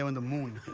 ah and the moon!